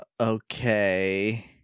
okay